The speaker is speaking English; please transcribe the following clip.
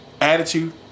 Attitude